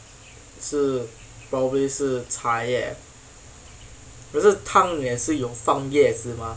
是 probably 是茶叶可是汤你也是有放叶子 mah